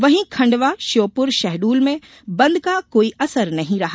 वहीं खंडवा श्योपुर शहडोल में बंद का कोई असर नहीं रहा